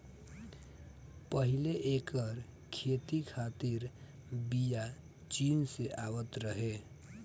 पहिले एकर खेती खातिर बिया चीन से आवत रहे